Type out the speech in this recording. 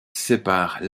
sépare